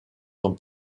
son